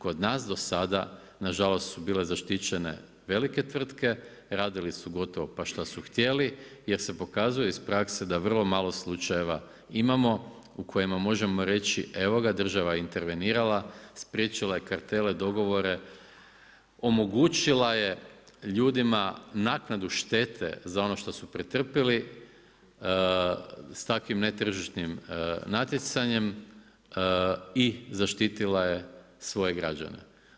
Kod nas do sada nažalost su bile zaštićene velike tvrtke, radili su gotovo pa šta su htjeli jer se pokazuje iz prakse da vrlo malo slučajeva imamo u kojima možemo reći evo ga, država je intervenirala, spriječila je kartele, dogovore, omogućila je ljudima naknadu štete za ono što su pretrpjeli sa takvim netržišnim natjecanjem i zaštitila je svoje građane.